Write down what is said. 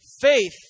faith